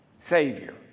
Savior